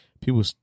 people